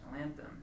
anthem